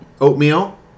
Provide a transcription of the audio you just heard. oatmeal